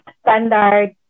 standard